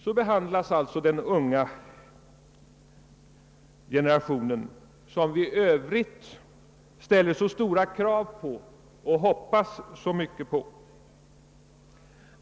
Så behandlas alltså den unga generationen, som vi i övrigt ställer så stora krav på och hoppas så mycket av.